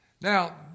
Now